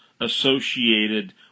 associated